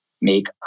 make